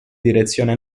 direzione